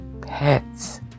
pets